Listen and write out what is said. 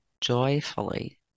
Joyfully